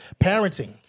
Parenting